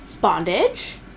bondage